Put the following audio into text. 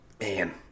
man